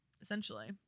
essentially